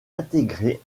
intégrée